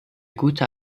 guter